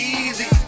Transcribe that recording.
easy